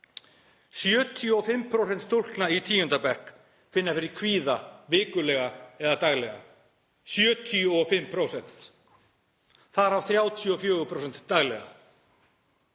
75% stúlkna í tíunda bekk finna fyrir kvíða vikulega eða daglega, 75%, þar af 34% daglega.